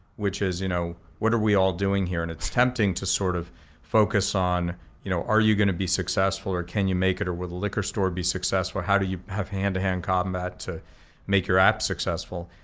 which is you know, what are we all doing here? and it's tempting to sort of focus on you know, are you gonna be successful or can you make it, or will the liquor store be successful, how can you have hand to hand combat to make your app successful,